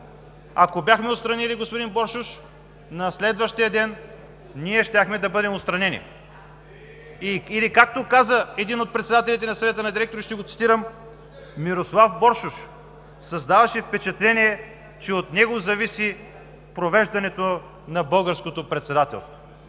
„Ако бяхме отстранили господин Боршош, на следващия ден ние щяхме да бъдем отстранени.“ Или както каза един от председателите на Съвета на директорите, ще го цитирам: „Мирослав Боршош създаваше впечатление, че от него зависи провеждането на българското председателство.“